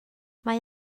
mae